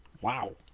Wow